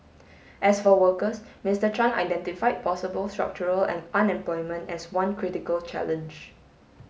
as for workers Mister Chan identify possible structural unemployment as one critical challenge